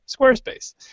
Squarespace